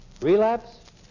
Relapse